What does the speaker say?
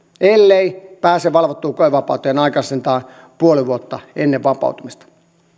ellei pääse valvottuun koevapauteen aikaisintaan puoli vuotta ennen vapautumista